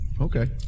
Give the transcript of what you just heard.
Okay